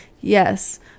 Yes